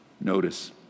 Notice